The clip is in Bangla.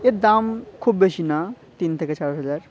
এর দাম খুব বেশি না তিন থেকে চার হাজার